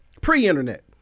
pre-internet